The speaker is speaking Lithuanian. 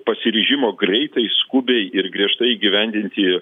pasiryžimo greitai skubiai ir griežtai įgyvendinti